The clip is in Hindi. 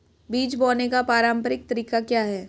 बीज बोने का पारंपरिक तरीका क्या है?